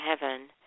heaven